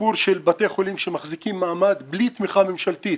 סיפור של בתי חולים שמחזיקים מעמד בלי תמיכה ממשלתית